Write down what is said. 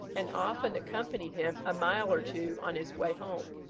and often accompanied him a mile or two on his way home.